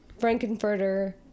Frankenfurter